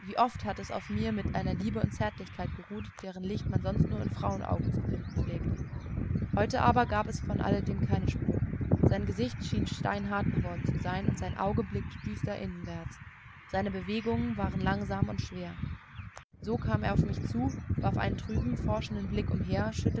wie oft hat es auf mir mit einer liebe und zärtlichkeit geruht deren licht man sonst nur in frauenaugen zu finden pflegt heut aber gab es von alledem keine spur sein gesicht schien steinhart geworden zu sein und sein auge blickte düster innenwärts seine bewegungen waren langsam und schwer so kam er auf mich zu warf einen trüben forschenden blick umher